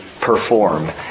perform